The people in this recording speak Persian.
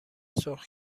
سرخ